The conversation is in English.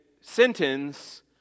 sentence